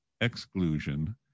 exclusion